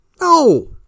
No